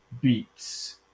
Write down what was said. beats